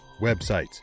websites